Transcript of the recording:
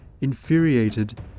infuriated